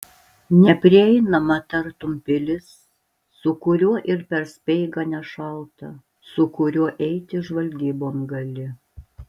neprieinamą tartum pilis su kuriuo ir per speigą nešalta su kuriuo eiti žvalgybon gali